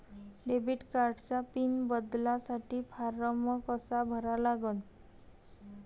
Debit कार्डचा PIN बदलासाठी form कसा भरा लागन?